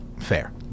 Fair